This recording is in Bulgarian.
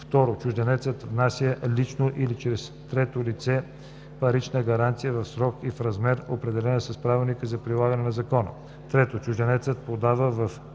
си; 2. чужденецът внася лично или чрез трето лице парична гаранция в срок и в размер, определени с правилника за прилагане на закона; 3. чужденецът предава